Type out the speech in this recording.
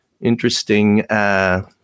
interesting